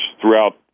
throughout